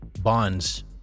Bonds